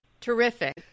Terrific